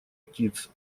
птиц